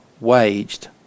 waged